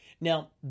Now